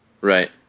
Right